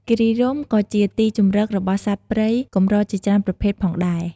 គិរីរម្យក៏ជាទីជម្រករបស់សត្វព្រៃកម្រជាច្រើនប្រភេទផងដែរ។